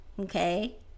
Okay